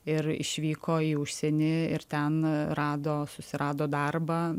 ir išvyko į užsienį ir ten rado susirado darbą